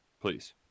please